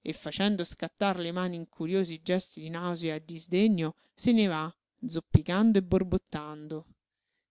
e facendo scattar le mani in curiosi gesti di nausea e di sdegno se ne va zoppicando e borbottando